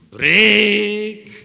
Break